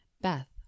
Beth